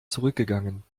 zurückgegangen